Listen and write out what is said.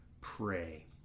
pray